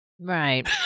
right